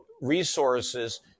resources